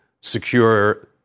secure